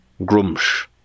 Grumsh